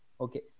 Okay